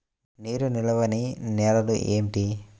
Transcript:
నీరు నిలువని నేలలు ఏమిటి?